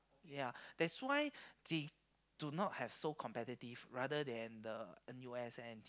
ya that's why they do not have so competitive rather than the N_U_S and N_T_U